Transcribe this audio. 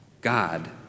God